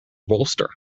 bolster